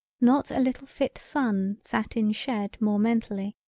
not a little fit sun sat in shed more mentally.